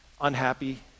unhappy